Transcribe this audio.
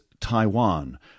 Taiwan